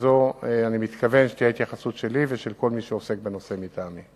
וזו אני מתכוון שתהיה ההתייחסות שלי ושל כל מי שעוסק בנושא מטעמי.